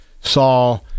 saw